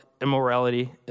immorality